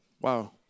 Wow